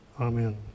Amen